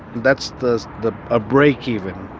that's the the a break even.